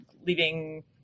leaving